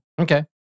Okay